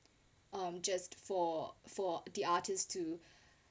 um just for for the artist to